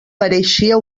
pareixia